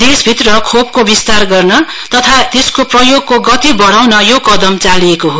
देशभित्र खोपको विस्तार गर्न तथा त्यसको प्रयोगको गति बढाउन यो कदम चालिएको हो